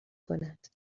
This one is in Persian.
کند